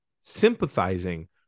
sympathizing